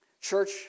Church